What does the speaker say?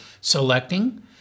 selecting